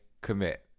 Commit